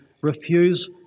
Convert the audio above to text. refuse